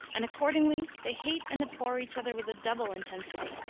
and accordingly they hate and abhor each other with a double intensity.